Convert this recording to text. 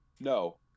No